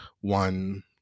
one